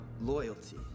loyalty